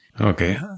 Okay